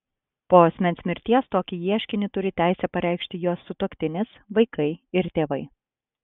po asmens mirties tokį ieškinį turi teisę pareikšti jo sutuoktinis vaikai ir tėvai